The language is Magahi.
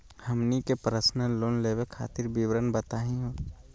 हमनी के पर्सनल लोन लेवे खातीर विवरण बताही हो?